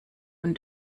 und